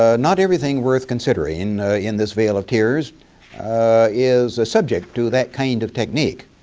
ah not everything worth considering in in this veil of tears is subject to that kind of technique.